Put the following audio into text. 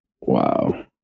wow